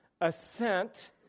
assent